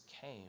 came